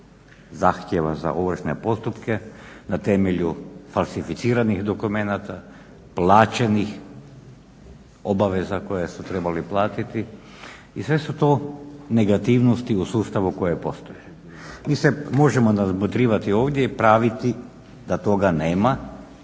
zahtjeva za ovršne postupke, na temelju falsificiranih dokumenata, plaćenih obaveza koje su trebali platiti i sve su to negativnosti u sustavu koje postoje. Mi se možemo nadmudrivati ovdje i praviti da toga nema,